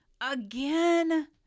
Again